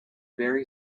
very